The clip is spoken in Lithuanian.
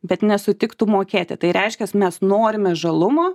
bet nesutiktų mokėti tai reiškias mes norime žalumo